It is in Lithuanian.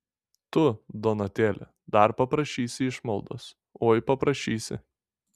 tu donatėli dar paprašysi išmaldos oi paprašysi